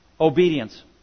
Obedience